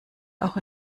auch